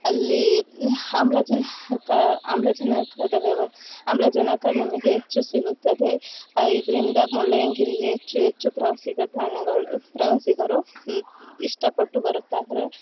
ಅಲ್ಲೀ ಆಮ್ಲಜನಕಾ ಆಮ್ಲಜನಕ ಅದವವ ಆಮ್ಲಜನಕ ಅದು ನಮಗೆ ಹೆಚ್ಚು ಸಿಗುತ್ತದೆ ಇದರಿಂದ ಮುಳ್ಳಯ್ಯನಗಿರಿಗೆ ಹೆಚ್ಚು ಹೆಚ್ಚು ಪ್ರವಾಸಿಗ ಧಾನ್ಯಗಳು ಪ್ರವಾಸಿಗರು ಇಷ್ಟ ಪಟ್ಟು ಬರುತ್ತಾರೆ